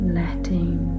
letting